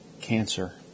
cancer